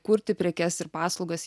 kurti prekes ir paslaugas